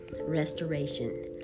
Restoration